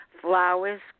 Flowers